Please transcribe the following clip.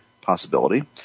possibility